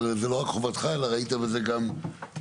אבל זו לא רק חובתך, אלא ראית בזה גם זכות.